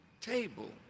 table